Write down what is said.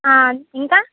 ఆ ఇంకా